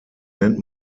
nennt